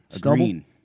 green